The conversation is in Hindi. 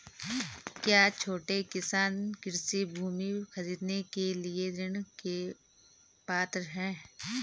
क्या छोटे किसान कृषि भूमि खरीदने के लिए ऋण के पात्र हैं?